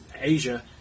Asia